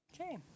Okay